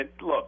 look